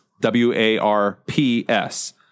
W-A-R-P-S